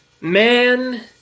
Man